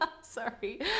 sorry